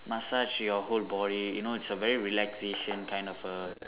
massage your whole body you know it's a very relaxation kind of uh